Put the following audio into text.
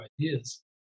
ideas